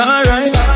Alright